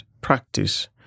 practice